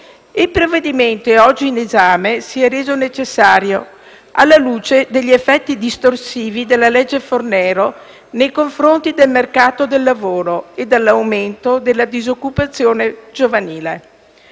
Il provvedimento oggi in esame si è reso necessario, alla luce degli effetti distorsivi della legge Fornero nei confronti del mercato del lavoro e dell'aumento della disoccupazione giovanile.